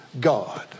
God